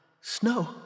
Snow